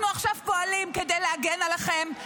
אנחנו עכשיו פועלים כדי להגן עליכם,